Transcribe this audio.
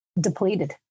depleted